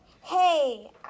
Hey